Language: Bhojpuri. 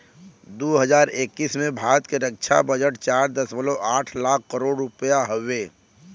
दू हज़ार इक्कीस में भारत के रक्छा बजट चार दशमलव आठ लाख करोड़ रुपिया हउवे